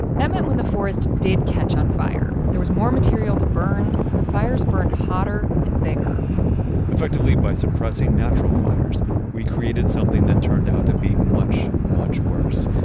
that meant when the forest did catch on fire, there was more material to burn and the fires burned hotter and bigger effectively, by suppressing natural fires we created something that turned out to be much, much worse.